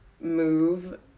move